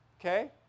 Okay